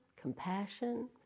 compassion